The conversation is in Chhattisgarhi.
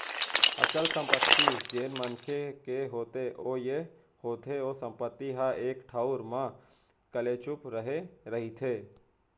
अचल संपत्ति जेन मनखे के होथे ओ ये होथे ओ संपत्ति ह एक ठउर म कलेचुप रहें रहिथे